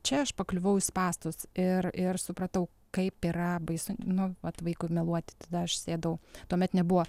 čia aš pakliuvau į spąstus ir ir supratau kaip yra baisu nu vat vaikui meluoti tada aš sėdau tuomet nebuvo